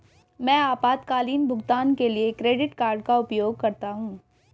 मैं आपातकालीन भुगतान के लिए क्रेडिट कार्ड का उपयोग करता हूं